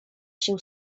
się